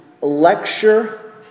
lecture